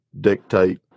dictate